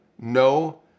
no